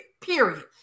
period